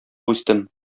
үстем